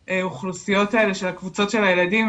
האוכלוסיות האלה של הקבוצות של הילדים,